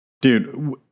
Dude